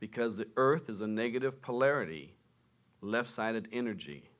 because the earth is a negative polarity left sided energy